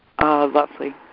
Lovely